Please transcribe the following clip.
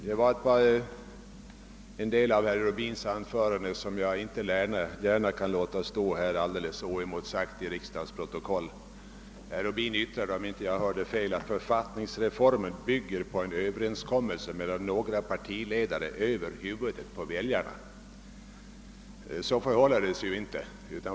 Herr talman! Det förekom ett inslag i herr Rubins anförande, som jag inte kan låta stå oemotsagt i kammarens protokoll. Herr Rubin yttrade, att författningsreformen bygger på en överenskommelse mellan några partiledare över huvudet på väljarna. Så förhåller det sig inte.